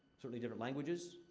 certainly, different languages.